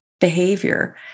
behavior